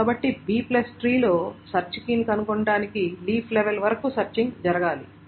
కాబట్టి Bట్రీ లో సెర్చ్ కీని కనుగొనడానికి లీఫ్ లెవెల్ వరకు సెర్చింగ్ జరగాలి